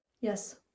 Yes